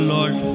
Lord।